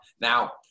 Now